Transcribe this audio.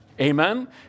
Amen